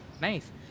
nice